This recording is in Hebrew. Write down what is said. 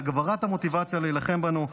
להגברת המוטיבציה להילחם בנו.